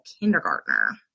kindergartner